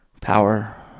power